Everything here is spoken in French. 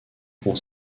pont